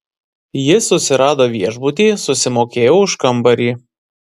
jis susirado viešbutį susimokėjo už kambarį